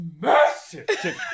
massive